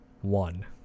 one